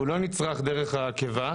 הוא לא נצרך דרך הקיבה.